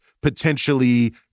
potentially